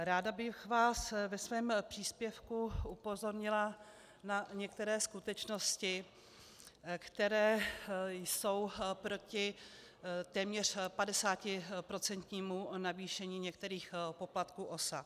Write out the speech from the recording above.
Ráda bych vás ve svém příspěvku upozornila na některé skutečnosti, které jsou proti téměř padesátiprocentnímu navýšení některých poplatků OSA.